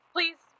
Please